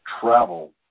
travel